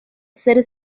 ser